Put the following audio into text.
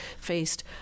faced